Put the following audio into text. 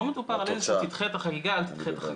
לא מדובר על תידחה את החגיגה או אל תידחה את החגיגה.